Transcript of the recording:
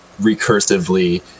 recursively